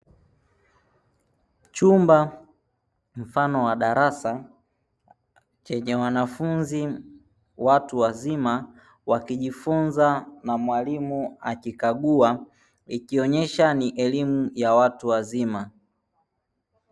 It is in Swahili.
Chumba mfano wa darasa, chenye wanafunzi watu wazima wakijifunza na mwalimu akikagua ikionyesha ni elimu ya watu wazima.